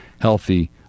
healthy